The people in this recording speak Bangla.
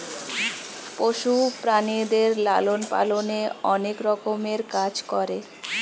পশু প্রাণীদের লালন পালনে অনেক রকমের কাজ করে